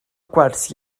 gwers